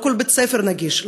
לא כל בית-ספר נגיש,